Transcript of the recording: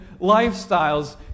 lifestyles